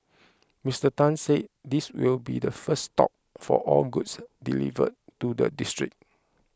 Mister Tan said this will be the first stop for all goods delivered to the district